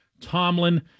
Tomlin